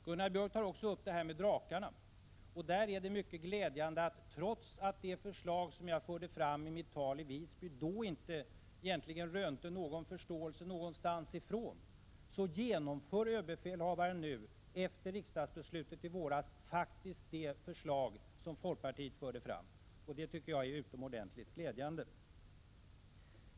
| Gunnar Björk talar också om Drakenflygplanen, och jag vill då säga att trots att det förslag som jag förde fram i mitt tal i Visby då egentligen inte rönte förståelse från något håll, så genomför överbefälhavaren nu efter riksdagsbeslutet i våras faktiskt det förslag som folkpartiet förde fram. Det tycker jag är utomordentligt glädjande.